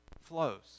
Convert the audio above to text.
flows